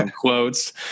quotes